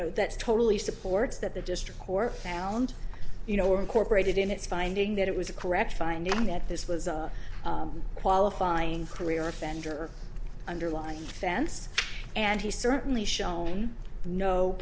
know that's totally supports that the district court found you know or incorporated in its finding that it was a correct finding that this was a qualifying career offender underlying fence and he certainly shown no